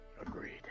Agreed